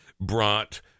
brought